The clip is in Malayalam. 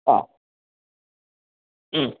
അഹ് മ്മ്